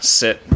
sit